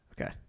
Okay